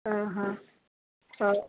ହଉ